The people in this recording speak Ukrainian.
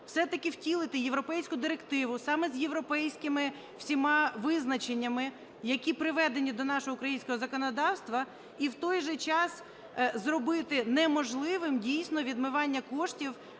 все-таки втілити європейську директиву саме з європейськими всіма визначеннями, які приведені до нашого українського законодавства і в той же час зробити неможливим, дійсно, відмивання коштів